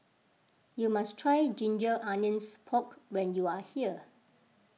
you must try Ginger Onions Pork when you are here